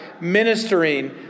ministering